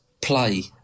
play